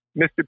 Mr